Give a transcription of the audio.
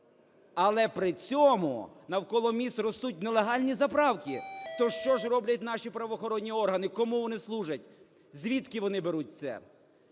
але при цьому навколо міст ростуть нелегальні заправки. То що ж роблять наші правоохоронні органи, кому вони служать? Звідки вони беруть це?